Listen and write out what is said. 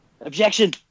Objection